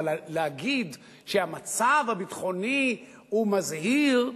אבל להגיד שהמצב הביטחוני הוא מזהיר,